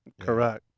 Correct